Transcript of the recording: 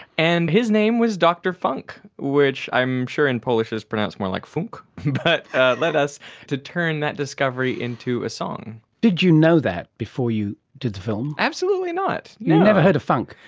and his name was dr funk, which i'm sure in polish is pronounced more like funk but led us to turn that discovery into a song. did you know that before you did the film? absolutely not, no. you'd never heard of funk?